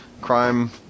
crime